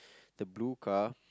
the blue car